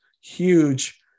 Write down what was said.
huge